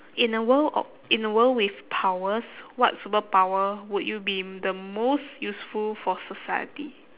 in a world of in a world with powers what superpower would you be the most useful for society